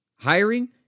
Hiring